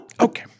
okay